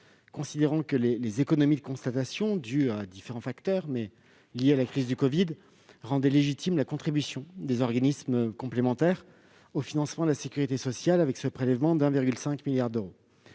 Considérant que les économies de constatation dues à différents facteurs liés à la crise du covid rendaient légitime la contribution des organismes complémentaires au financement de la sécurité sociale, Oliver Véran et moi-même avions demandé